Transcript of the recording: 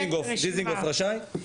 דיזינגוף רשאי?